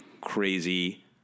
crazy